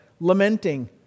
lamenting